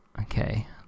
okay